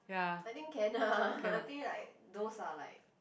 I think can ah I think like those are like